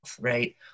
Right